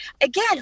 Again